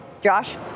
Josh